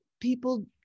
people